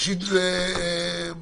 קיימנו אותו ואמרנו מה אנחנו לא רוצים.